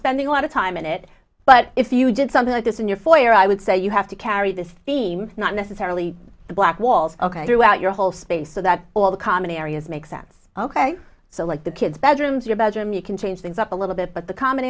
spending a lot of time in it but if you did something like this in your foyer i would say you have to carry this team not necessarily the black walls ok throughout your whole space so that all the common areas make sense ok so like the kids bedrooms your bedroom you can change things up a little bit but the common